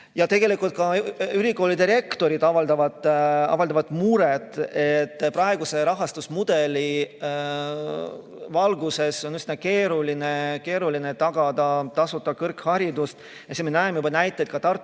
Tegelikult ka ülikoolide rektorid avaldavad muret, et praeguse rahastusmudeli valguses on üsna keeruline tagada tasuta kõrgharidust. Me näeme juba näiteid Tartu